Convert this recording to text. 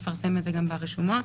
לחוק,